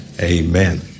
Amen